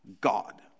God